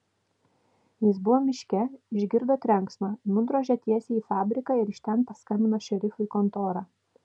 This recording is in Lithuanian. jis buvo miške išgirdo trenksmą nudrožė tiesiai į fabriką ir iš ten paskambino šerifui į kontorą